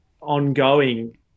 ongoing